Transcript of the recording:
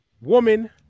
Woman